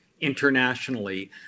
internationally